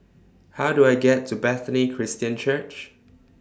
How Do I get to Bethany Christian Church